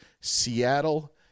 Seattle